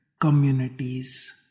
communities